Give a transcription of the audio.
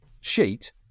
sheet